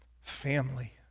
family